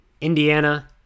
Indiana